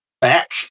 back